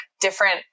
different